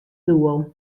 doel